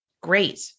great